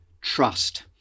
Trust